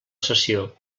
sessió